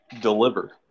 deliver